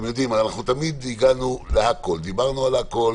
תמיד דיברנו על הכול,